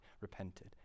repented